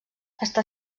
està